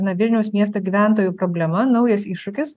na vilniaus miesto gyventojų problema naujas iššūkis